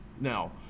Now